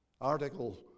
article